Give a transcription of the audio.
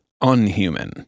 unhuman